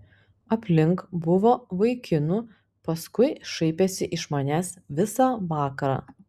aplink buvo vaikinų paskui šaipėsi iš manęs visą vakarą